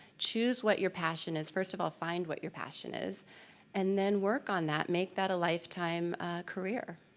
choose what your passion is. first of all, find what your passion is and then work on that. make that a lifetime career.